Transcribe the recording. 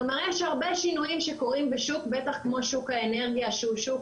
כלומר יש הרבה שינויים שקורים בשוק בטח כמו שוק האנרגיה שהוא שוק